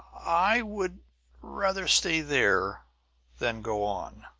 i would rather stay there than go on!